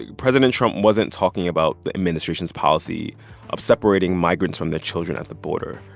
president trump wasn't talking about the administration's policy of separating migrants from their children at the border.